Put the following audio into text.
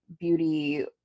beauty